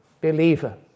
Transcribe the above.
believer